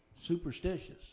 superstitious